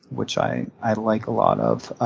which i i like a lot of.